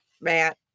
Matt